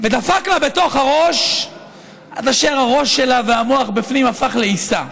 ודפק לה בראש עד אשר הראש שלה והמוח בפנים הפך לעיסה.